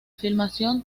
filmación